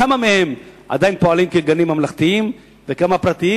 כמה מהם עדיין פועלים כגנים ממלכתיים וכמה פרטיים.